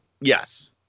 yes